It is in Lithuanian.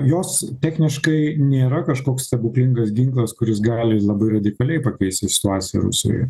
jos techniškai nėra kažkoks stebuklingas ginklas kuris gali labai radikaliai pakeisti situaciją rusijoj